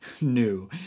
new